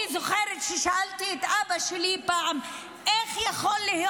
אני זוכרת ששאלתי את אבא שלי פעם: איך יכול להיות